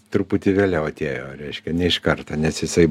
truputį vėliau atėjo reiškia ne iš karto nes jisai